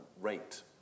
rate